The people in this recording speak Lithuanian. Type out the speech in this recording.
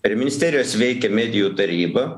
prie ministerijos veikia medijų taryba